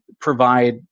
provide